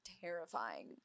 Terrifying